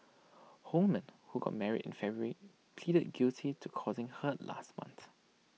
Holman who got married in February pleaded guilty to causing hurt last month